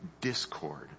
discord